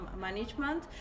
management